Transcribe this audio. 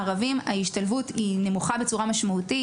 ערבים ההשתלבות נמוכה בצורה ניכרת.